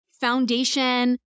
foundation